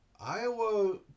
Iowa